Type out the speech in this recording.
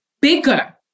bigger